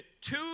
two